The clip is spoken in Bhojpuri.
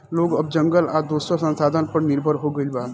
लोग अब जंगल आ दोसर संसाधन पर निर्भर हो गईल बा